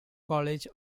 college